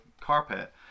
carpet